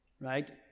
Right